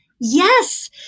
Yes